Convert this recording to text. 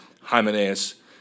Hymenaeus